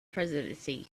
presidency